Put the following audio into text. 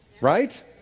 Right